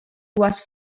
dues